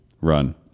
run